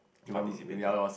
participating